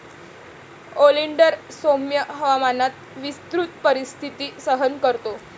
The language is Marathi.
ओलिंडर सौम्य हवामानात विस्तृत परिस्थिती सहन करतो